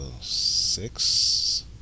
Six